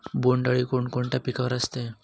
बोंडअळी कोणकोणत्या पिकावर असते?